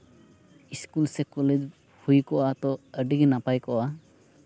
school ᱥᱮ college ᱦᱩᱭ ᱠᱚᱜᱼᱟ ᱛᱚ ᱟᱹᱰᱤ ᱜᱮ ᱱᱟᱯᱟᱭ ᱠᱚᱜᱼᱟ